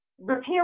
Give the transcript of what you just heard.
Repair